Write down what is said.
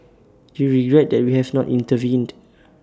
do you regret that we have not intervened